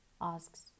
asks